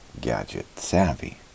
gadget-savvy